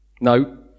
No